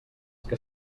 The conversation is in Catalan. que